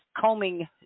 combing